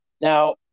Now